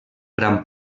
gran